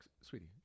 sweetie